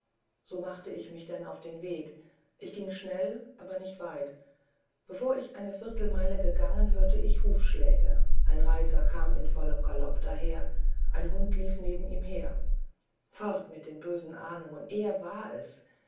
so machte ich mich denn auf den weg ich ging schnell aber nicht weit bevor ich eine viertelmeile gegangen hörte ich hufschläge ein reiter kam in vollem galopp daher ein hund lief neben ihm fort mit den bösen ahnungen er war es